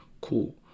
cool